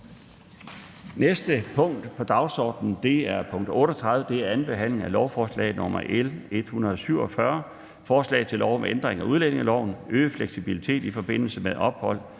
næste punkt på dagsordenen er: 38) 2. behandling af lovforslag nr. L 147: Forslag til lov om ændring af udlændingeloven. (Øget fleksibilitet i forbindelse med ophold